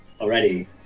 already